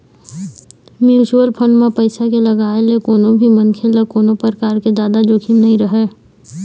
mutual fund म पइसा के लगाए ले कोनो भी मनखे ल कोनो परकार के जादा जोखिम नइ रहय